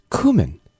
cumin